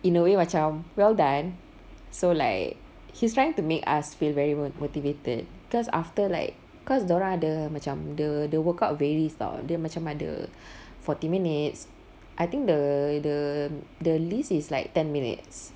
in a way macam well done so like he's trying to make us feel very motivated because after like cause dia orang ada macam the the workout varies [tau] dia macam ada forty minutes I think the the least is like ten minutes